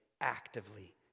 actively